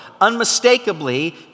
Unmistakably